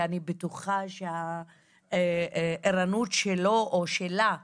כי אני בטוח שהעירנות שלו או שלה תיפגע.